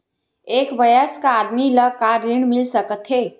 एक वयस्क आदमी ल का ऋण मिल सकथे?